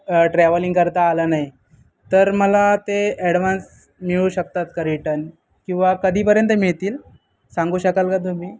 travelling करता आलं नाही तर मला ते ॲडवान्स मिळू शकतात का रिटन किंवा कधीपर्यंत मिळतील सांगू शकाल का तुम्ही